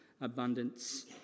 abundance